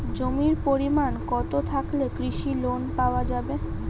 জমির পরিমাণ কতো থাকলে কৃষি লোন পাওয়া যাবে?